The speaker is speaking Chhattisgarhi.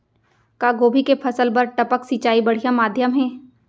का गोभी के फसल बर टपक सिंचाई बढ़िया माधयम हे?